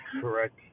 correct